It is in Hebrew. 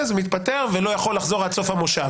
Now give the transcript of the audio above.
הוא מתפטר ולא יכול לחזור עד סוף המושב.